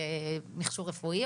במכשור רפואי,